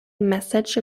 message